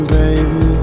baby